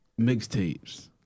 mixtapes